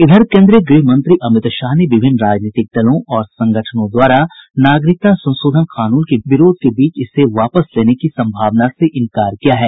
इधर केन्द्रीय गृहमंत्री अमित शाह ने विभिन्न राजनीतिक दलों और संगठनों द्वारा नागरिकता संशोधन कानून के विरोध के बीच इसे वापस लेने की संभावना से इंकार किया है